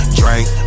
drink